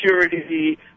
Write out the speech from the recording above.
security